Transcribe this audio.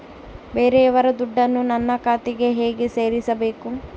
ಬೇರೆಯವರ ದುಡ್ಡನ್ನು ನನ್ನ ಖಾತೆಗೆ ಹೇಗೆ ಸೇರಿಸಬೇಕು?